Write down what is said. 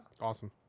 Awesome